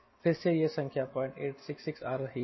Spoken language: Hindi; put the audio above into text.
तो फिर से यह संख्या 0866 आ रही है